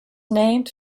named